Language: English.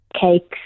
cakes